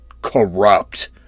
corrupt